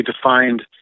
defined